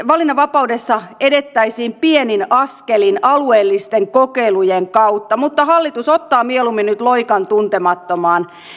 valinnanvapaudessa edettäisiin pienin askelin alueellisten kokeilujen kautta mutta hallitus ottaa mieluummin nyt loikan tuntemattomaan